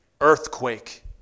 earthquake